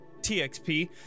TXP